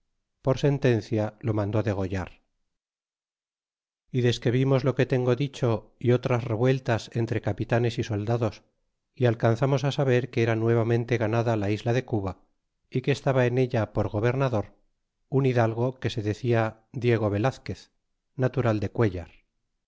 por sentencia lo mandó degollar y desque vimos lo que dicho tengo y otras revueltas entre capitanes y soldados y alcanzamos saber que era nuevamente ganada la isla de cuba y que estaba en ella por gobernador un hidalgo que se decia diego velazquez natural de cuellar